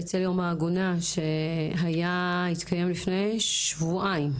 בצל יום העגונה שהתקיים לפני שבועיים,